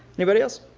anybody else?